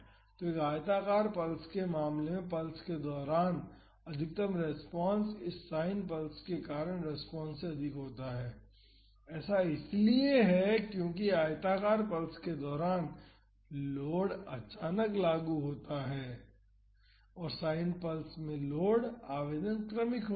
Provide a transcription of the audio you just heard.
तो एक आयताकार पल्स के मामले में पल्स के दौरान अधिकतम रेस्पॉन्स इस साइन पल्स के कारण रेस्पॉन्स से अधिक होता है ऐसा इसलिए है क्योंकि आयताकार पल्स के दौरान लोड अचानक लागू होता है और साइन पल्स में लोड आवेदन क्रमिक होता है